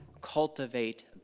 cultivate